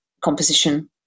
composition